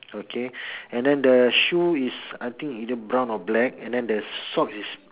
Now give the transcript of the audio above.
okay and then the shoe is I think either brown or black and then the socks is